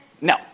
No